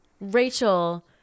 rachel